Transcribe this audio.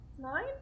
Nine